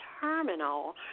terminal